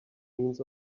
means